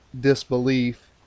disbelief